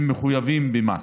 הם לא מחויבים במס,